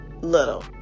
little